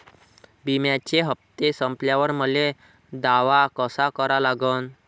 बिम्याचे हप्ते संपल्यावर मले दावा कसा करा लागन?